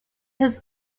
his